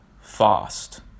fast